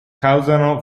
causano